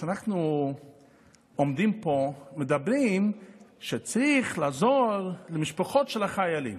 כשאנחנו עומדים פה ומדברים שצריך לעזור למשפחות של החיילים,